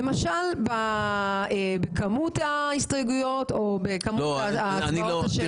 למשל בכמות ההסתייגויות או בכמות ההצבעות השמיות.